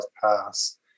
pass